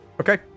okay